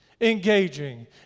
engaging